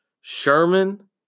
Sherman